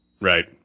Right